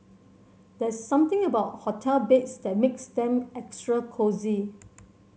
there's something about hotel beds that makes them extra cosy